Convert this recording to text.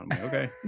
okay